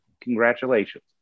Congratulations